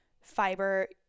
fiber